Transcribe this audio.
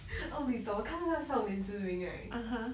oh 你懂我看那个少年之名 right